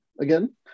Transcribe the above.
again